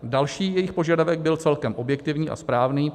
Další jejich požadavek byl celkem objektivní a správný.